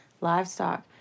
livestock